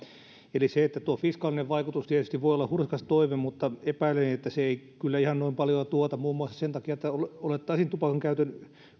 tuo fiskaalinen vaikutus tietysti voi olla hurskas toive mutta epäilen että se ei kyllä ihan noin paljoa tuota muun muassa sen takia että olettaisin tupakan käytön